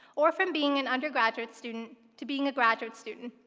or from being an undergraduate student to being a graduate student.